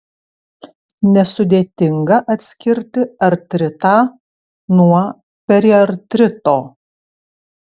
nesudėtinga atskirti artritą nuo periartrito